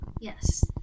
yes